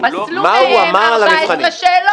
פסלו בהם 14 שאלות.